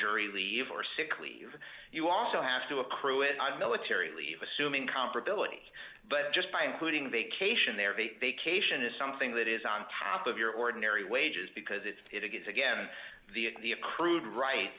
jury leave or sick leave you also have to accrue it on military leave assuming comparability but just by including the cation there is a cave in is something that is on top of your ordinary wages because it's it again the the accrued right